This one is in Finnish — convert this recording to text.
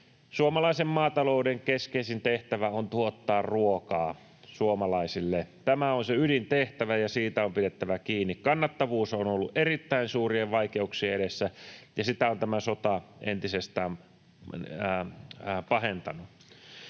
Suomalaisen maatalouden keskeisin tehtävä on tuottaa ruokaa suomalaisille. Tämä on se ydintehtävä, ja siitä on pidettävä kiinni. Kannattavuus on ollut erittäin suurien vaikeuksien edessä, ja sitä on tämä sota entisestään pahentanut.